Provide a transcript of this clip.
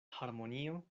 harmonio